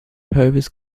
purvis